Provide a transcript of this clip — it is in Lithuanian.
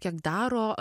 kiek daro